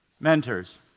mentors